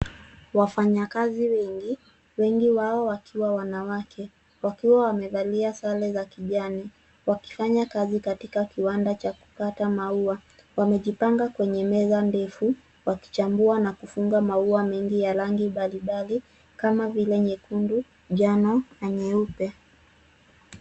Wafanya kazi wengi, wengi wao wakiwa wanawake. Wakiwa wamevali sare za kijani, wakifanya kazi katika kiwanda cha kukata maua. Wamejipanga kwenye meza ndefu wakichambua na kufunga maua mengi ya rangi mbali mbali, kama vile nyekundu, jano na nyeupe.